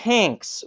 Hanks